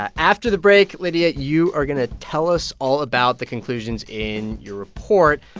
after the break, lydia, you are going to tell us all about the conclusions in your report.